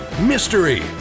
mystery